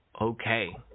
okay